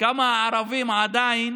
כמה הערבים עדיין